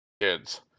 kids